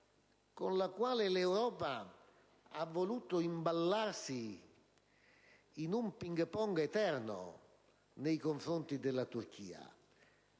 con le quali l'Europa ha voluto imballarsi in un ping-pong eterno nei confronti della Turchia,